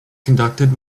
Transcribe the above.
conducted